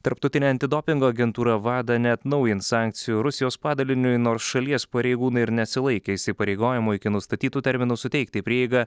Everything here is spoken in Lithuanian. tarptautinė antidopingo agentūra wada neatnaujins sankcijų rusijos padaliniui nors šalies pareigūnai ir nesilaikė įsipareigojimo iki nustatytų terminų suteikti prieigą